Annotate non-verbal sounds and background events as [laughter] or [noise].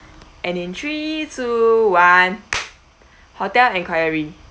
and and three two one [noise] hotel inquiry